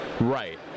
Right